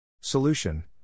Solution